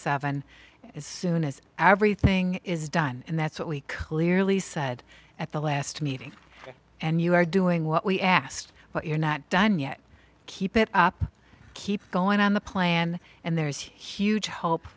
seventh as soon as everything is done and that's what we clearly said at the last meeting and you are doing what we asked but you're not done yet keep it up keep going on the plan and there's huge hope